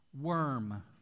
worm